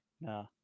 No